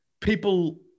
people